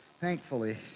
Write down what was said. Thankfully